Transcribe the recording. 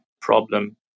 problem